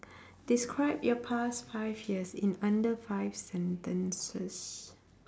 describe your past five years in under five sentences